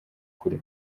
kure